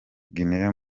guinée